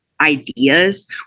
ideas